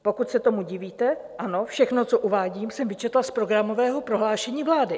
Pokud se tomu divíte, ano, všechno, co uvádím, jsem vyčetla z programového prohlášení vlády.